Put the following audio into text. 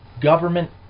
government